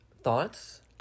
Thoughts